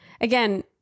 Again